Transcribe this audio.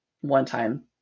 one-time